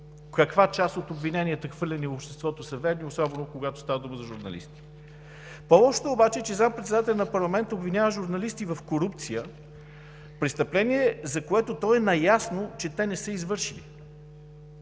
каква част от обвиненията, хвърлени в обществото, са верни, особено когато става дума за журналисти. По-лошото обаче е, че заместник-председателят на парламента обвинява журналисти в корупция – престъпление, за което той е наясно, че те не са извършили.